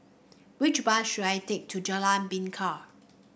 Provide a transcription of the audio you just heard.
which bus should I take to Jalan Bingka